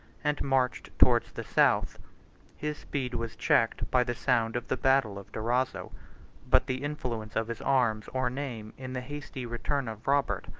and marched towards the south his speed was checked by the sound of the battle of durazzo but the influence of his arms, or name, in the hasty return of robert,